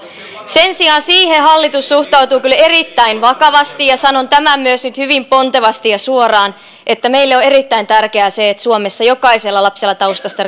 sen sijaan hallitus suhtautuu kyllä erittäin vakavasti siihen ja sanon tämän nyt myös hyvin pontevasti ja suoraan se on meille erittäin tärkeää että suomessa jokaisella lapsella taustasta